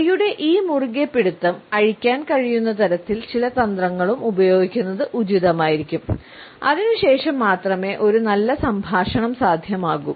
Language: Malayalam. കൈയുടെ ഈ മുറുകെ പിടുത്തം അഴിക്കാൻ കഴിയുന്ന തരത്തിൽ ചില തന്ത്രങ്ങളും ഉപയോഗിക്കുന്നത് ഉചിതമായിരിക്കും അതിനുശേഷം മാത്രമേ ഒരു നല്ല സംഭാഷണം സാധ്യമാകൂ